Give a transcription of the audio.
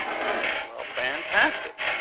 um right. well, fantastic.